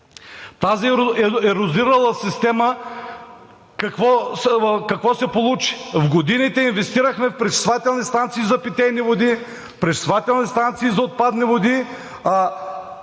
тази ерозирала система какво се получи? В годините инвестирахме в пречиствателни станции за питейни води, пречиствателни станции за отпадни води,